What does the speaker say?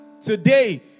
today